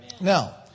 Now